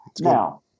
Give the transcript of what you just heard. Now